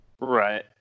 Right